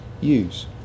use